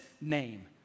name